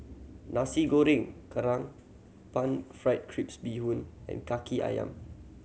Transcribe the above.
Nasi Goreng Kerang Pan Fried Crispy Bee Hoon and Kaki Ayam